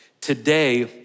today